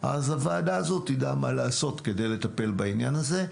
הוועדה הזאת תדע מה לעשות כדי לטפל בנושא הזה.